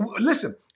Listen